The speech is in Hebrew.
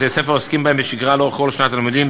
ובתי-הספר עוסקים בהם בשגרה לאורך כל שנת הלימודים,